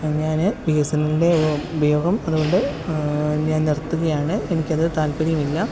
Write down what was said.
ഞാൻ B S N എല്ലിന്റെ ഉപയോഗം അതുകൊണ്ട് ഞാന് നിര്ത്തുകയാണ് എനിക്കത് താല്പ്പര്യമില്ല